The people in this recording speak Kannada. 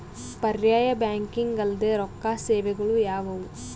ಪರ್ಯಾಯ ಬ್ಯಾಂಕಿಂಗ್ ಅಲ್ದೇ ರೊಕ್ಕ ಸೇವೆಗಳು ಯಾವ್ಯಾವು?